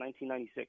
1996